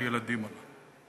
הילדים הללו.